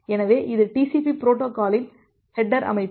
எனவே இது TCP பொரோட்டோகாலின் ஹேட்டர் அமைப்பு